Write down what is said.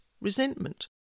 resentment